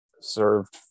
served